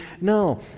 No